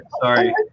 Sorry